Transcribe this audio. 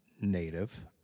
native